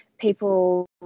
People